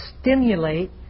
stimulate